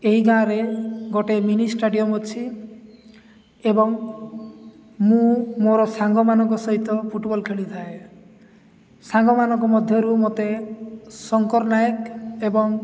ଏହି ଗାଁରେ ଗୋଟେ ମିନି ଷ୍ଟାଡ଼ିୟମ୍ ଅଛି ଏବଂ ମୁଁ ମୋର ସାଙ୍ଗମାନଙ୍କ ସହିତ ଫୁଟବଲ୍ ଖେଳିଥାଏ ସାଙ୍ଗମାନଙ୍କ ମଧ୍ୟରୁ ମତେ ଶଙ୍କର ନାୟକ ଏବଂ